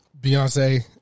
Beyonce